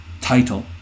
title